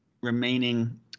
remaining